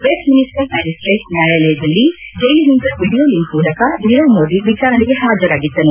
West ಮಿನಿಸ್ಸರ್ magistrate ನ್ವಾಯಾಲಯದಲ್ಲಿ ಚೈಲಿನಿಂದ video link ಮೂಲಕ ನೀರವ್ ಮೋದಿ ವಿಚಾರಣೆಗೆ ಹಾಜರಾಗಿದ್ದನು